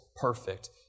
perfect